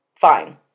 fine